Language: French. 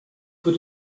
peu